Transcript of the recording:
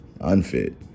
unfit